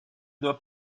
doit